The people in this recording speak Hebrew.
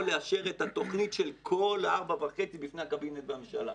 לאשר את התוכנית של כל ה-4.5 בפני הקבינט והממשלה.